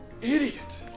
Idiot